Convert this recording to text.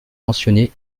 mentionnés